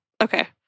Okay